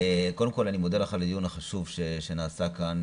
קודם כל אני מודה לך על הדיון החשוב שנעשה כאן,